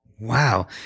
wow